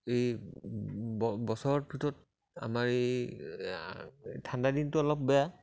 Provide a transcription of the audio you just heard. এই বছৰৰ ভিতৰত আমাৰ এই ঠাণ্ডা দিনটো অলপ বেয়া